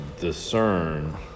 discern